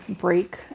break